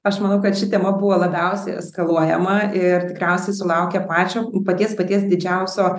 aš manau kad ši tema buvo labiausiai eskaluojama ir tikriausiai sulaukė pačio paties paties didžiausio